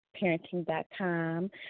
parenting.com